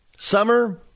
Summer